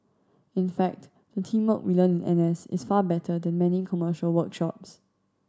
in fact the teamwork we learn in N S is far better than many commercial workshops